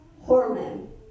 hormone